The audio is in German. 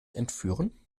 entführen